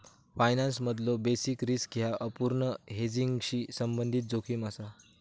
फायनान्समधलो basis risk ह्या अपूर्ण हेजिंगशी संबंधित जोखीम असा